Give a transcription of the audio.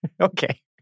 Okay